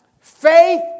faith